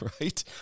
right